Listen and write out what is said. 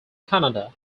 canada